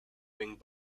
wing